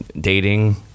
Dating